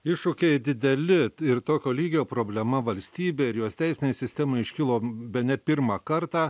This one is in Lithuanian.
iššūkiai dideli ir tokio lygio problema valstybei ir jos teisinei sistemai iškilo bene pirmą kartą